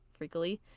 freakily